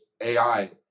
ai